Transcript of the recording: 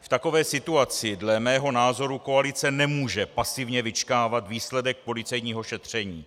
V takové situaci dle mého názoru koalice nemůže pasivně vyčkávat výsledek policejního šetření.